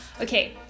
Okay